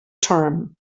term